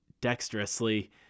dexterously